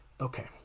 Okay